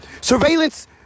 surveillance